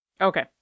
Okay